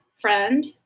friend